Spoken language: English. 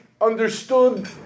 understood